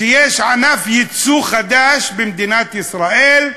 שיש ענף יצוא חדש במדינת ישראל,